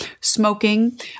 smoking